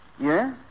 Yes